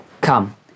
Come